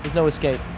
no escape.